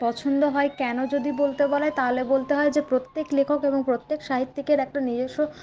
পছন্দ হয় কেন যদি বলতে বলে তাহলে বলতে হয় যে প্রত্যেক লেখক এবং প্রত্যেক সাহিত্যিকের একটা নিজস্ব